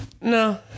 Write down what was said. No